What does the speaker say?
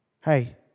hey